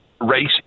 race